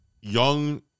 young